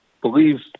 believe